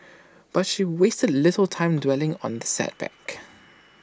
but she wasted little time dwelling on the setback